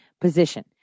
position